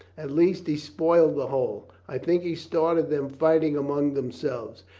at least he spoiled the whole. i think he started them fighting among themselves.